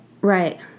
Right